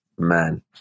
man